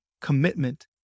commitment